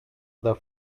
the